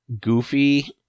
goofy